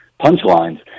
punchlines